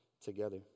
together